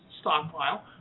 stockpile